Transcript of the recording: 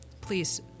please